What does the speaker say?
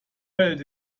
welt